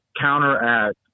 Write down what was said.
counteract